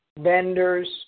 vendors